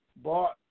bought